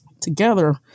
together